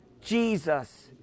Jesus